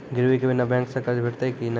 गिरवी के बिना बैंक सऽ कर्ज भेटतै की नै?